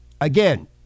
Again